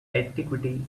antiquity